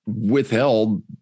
withheld